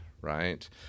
right